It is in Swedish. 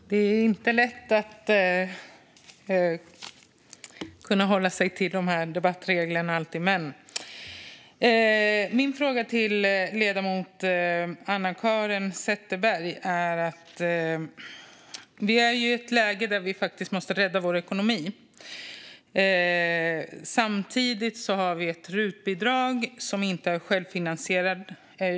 Fru talman! Det är inte alltid lätt att hålla sig till debattreglerna. Jag har en fråga till ledamoten Anna-Caren Sätherberg. Vi är i ett läge där vi måste rädda vår ekonomi. Samtidigt har vi ett rutbidrag som inte är självfinansierande.